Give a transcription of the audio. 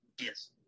Yes